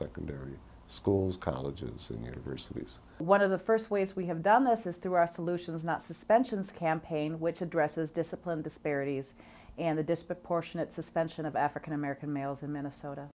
secondary schools colleges and universities one of the first ways we have done this is through our solutions not suspensions campaign which addresses discipline disparities and the disproportionate suspension of african american males in minnesota